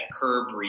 curb